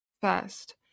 first